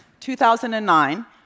2009